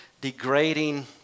degrading